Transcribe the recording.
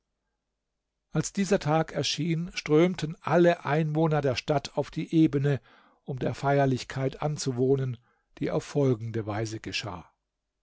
als dieser tag erschien strömten alle einwohner der stadt auf die ebene um der feierlichkeit anzuwohnen die auf folgende weise geschah